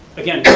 again